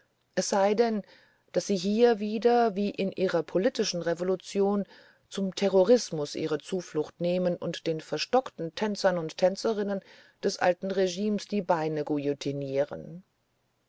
es sei denn daß sie hier wieder wie in ihrer politischen revolution zum terrorismus ihre zuflucht nehmen und den verstockten tänzern und tänzerinnen des alten regimes die beine